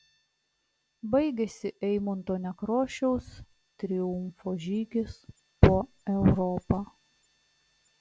baigėsi eimunto nekrošiaus triumfo žygis po europą